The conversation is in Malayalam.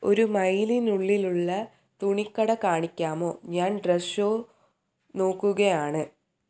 ഒരു മൈലിനുള്ളിലുള്ള തുണിക്കട കാണിക്കാമോ ഞാൻ ഡ്രസ് ഷോ നോക്കുകയാണ്